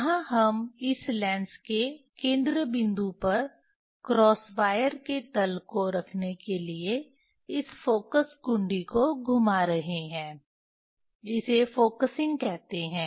यहां हम इस लेंस के केंद्र बिंदु पर क्रॉस वायर के तल को रखने के लिए इस फ़ोकस घुंडी को घुमा रहे हैं इसे फोकसिंग कहते हैं